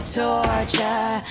torture